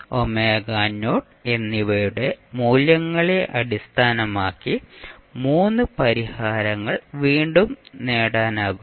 α എന്നിവയുടെ മൂല്യങ്ങളെ അടിസ്ഥാനമാക്കി മൂന്ന് പരിഹാരങ്ങൾ വീണ്ടും നേടാനാകും